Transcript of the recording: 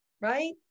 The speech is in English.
Right